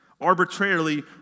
arbitrarily